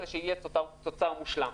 כדי שיהיה את אותו תוצר מושלם.